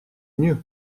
mieux